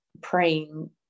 praying